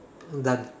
I'm done